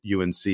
UNC